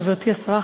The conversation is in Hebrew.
חברתי השרה,